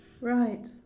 Right